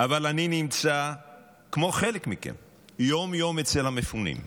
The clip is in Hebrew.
אבל אני נמצא כמו חלק מכם יום-יום אצל המפונים,